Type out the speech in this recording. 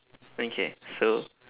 okay so